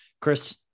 Chris